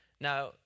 Now